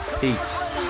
Peace